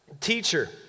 Teacher